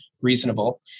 reasonable